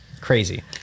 crazy